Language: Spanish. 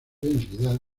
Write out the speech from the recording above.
densidad